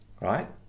Right